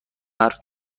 حرف